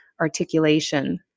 articulation